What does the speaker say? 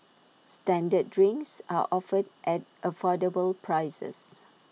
standard drinks are offered at affordable prices